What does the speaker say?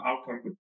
outcome